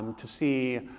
to see